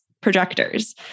projectors